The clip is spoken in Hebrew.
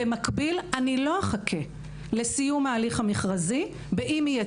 במקביל לא אחכה לסיום ההליך המכרזי אם יהיה